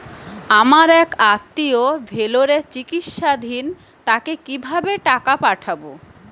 আমার এক আত্মীয় ভেলোরে চিকিৎসাধীন তাকে কি ভাবে টাকা পাঠাবো?